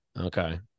Okay